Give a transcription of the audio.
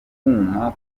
kuma